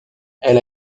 elle